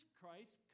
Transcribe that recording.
Christ